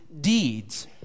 deeds